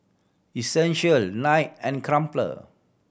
Essential Knight and Crumpler